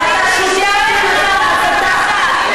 ואתה שותף למסע ההסתה,